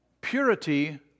Purity